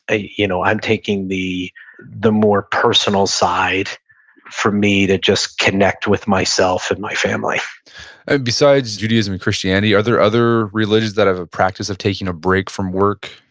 you know i'm taking the the more personal side for me to just connect with myself and my family besides judaism and christianity, are there other religions that have a practice of taking a break from work?